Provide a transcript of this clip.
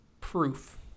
proof